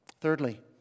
Thirdly